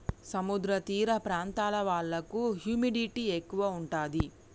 సముద్ర తీర ప్రాంతాల వాళ్లకు హ్యూమిడిటీ ఎక్కువ ఉంటది